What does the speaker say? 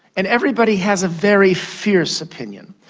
and everybody has a very fierce opinion.